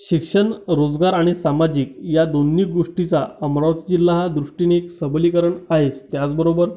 शिक्षण रोजगार आणि सामाजिक या दोन्ही गोष्टीचा अमरावती जिल्हा हा दृष्टीने सबलीकरण आहेच त्याचबरोबर